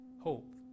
hope